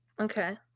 Okay